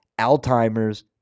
Alzheimer's